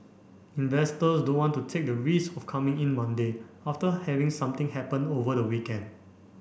investors don't want to take the risk of coming in Monday after having something happen over the weekend